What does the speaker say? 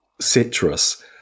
citrus